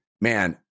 man